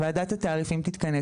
ועדת התעריפים תתכנס,